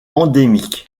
endémique